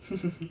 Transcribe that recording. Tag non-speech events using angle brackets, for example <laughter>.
<laughs>